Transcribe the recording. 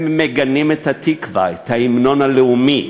הם מגנים את "התקווה", את ההמנון הלאומי,